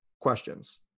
questions